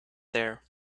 there